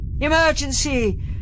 Emergency